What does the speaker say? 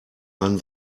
einen